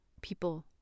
people